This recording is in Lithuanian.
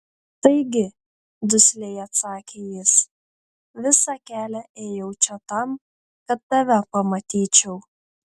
taigi dusliai atsakė jis visą kelią ėjau čia tam kad tave pamatyčiau